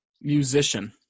musician